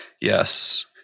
yes